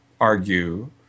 argue